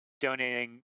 donating